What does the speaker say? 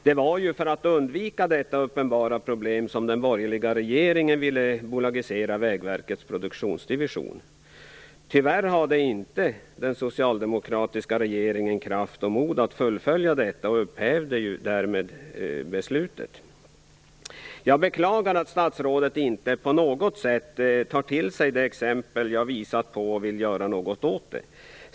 Det var ju för att undvika detta uppenbara problem som den borgerliga regeringen ville bolagisera Vägverkets produktionsdivision Tyvärr hade inte den socialdemokratiska regeringen kraft och mod att fullfölja detta och upphävde därmed beslutet. Jag beklagar att statsrådet inte på något sätt tar till sig de exempel jag visat på och vill göra något åt detta.